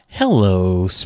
Hello